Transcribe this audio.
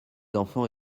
enfants